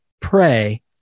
pray